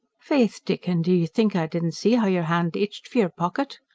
faith, dick, and d'ye think i didn't see how your hand itched for your pocket?